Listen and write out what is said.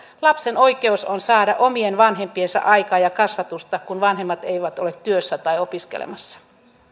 lapsen oikeus on saada omien vanhempiensa aikaa ja kasvatusta kun vanhemmat eivät ole työssä tai opiskelemassa